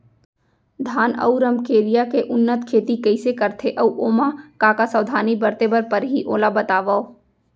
धान अऊ रमकेरिया के उन्नत खेती कइसे करथे अऊ ओमा का का सावधानी बरते बर परहि ओला बतावव?